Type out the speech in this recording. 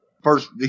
First